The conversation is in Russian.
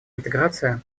интеграция